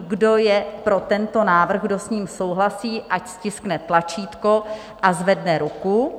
Kdo je pro tento návrh, kdo s ním souhlasí, ať stiskne tlačítko a zvedne ruku.